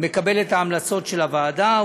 מקבל את ההמלצות של הוועדה,